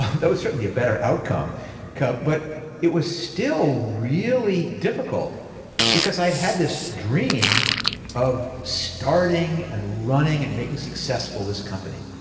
that was certainly a better outcome cup but it was still really difficult because i had had this dream of starting and running and making successful this company.